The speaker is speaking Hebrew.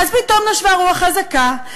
פתאום נשבה רוח חזקה,